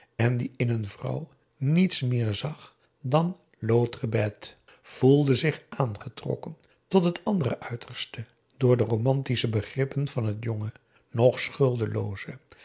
en die in een vrouw niets meer zag dan l'autre bête voelde zich aangetrokken door het andere uiterste door de romantische begrippen van het jonge nog